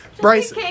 Bryce